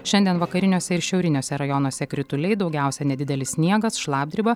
šiandien vakariniuose ir šiauriniuose rajonuose krituliai daugiausia nedidelis sniegas šlapdriba